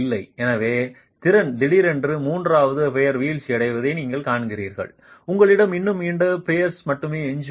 எனவே திறன் திடீரென மூன்றாவது பியர் வீழ்ச்சியடைவதை நீங்கள் காண்கிறீர்கள் உங்களிடம் இன்னும் இரண்டு பியர்ஸ் மட்டுமே எஞ்சியுள்ளன